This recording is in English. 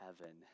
heaven